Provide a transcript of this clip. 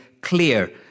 clear